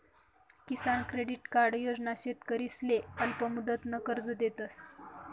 किसान credit card योजना शेतकरीसले अल्पमुदतनं कर्ज देतस